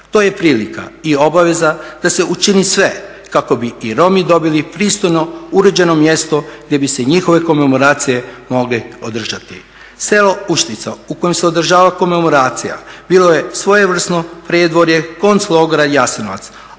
To je prilika i obaveza da se učini sve kako bi i Romi dobili pristojno uređeno mjesto gdje bi se njihove komemoracije mogle održati. Selo Uštica u kojem se održava komemoracija bilo je svojevrsno predvorje konc logora Jasenovac,